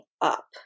up